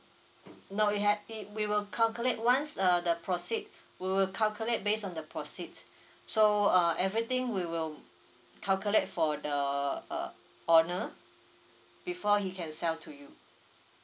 no we have we will calculate once uh the proceed we will calculate based on the proceed so uh everything we will calculate for the uh owner before he can sell to you